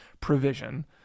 provision